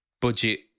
budget